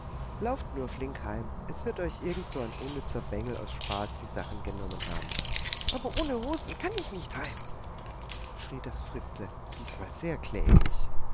lauft nur flink heim es wird euch irgend so ein unnützer bengel aus spaß die sachen genommen haben aber ohne hosen kann ich nicht heim schrie das fritzle diesmal sehr kläglich